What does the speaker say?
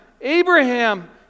Abraham